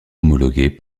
homologué